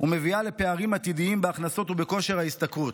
ומביאה לפערים עתידיים בהכנסות ובכושר ההשתכרות.